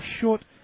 short